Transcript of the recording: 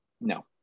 No